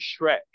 Shrek